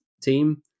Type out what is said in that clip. team